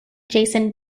jason